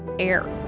air.